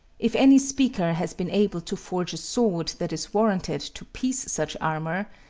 if any speaker has been able to forge a sword that is warranted to piece such armor,